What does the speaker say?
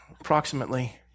approximately